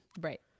Right